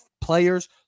players